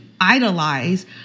idolize